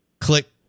click